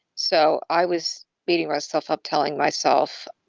so i was beating myself up, telling myself,